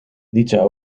dicha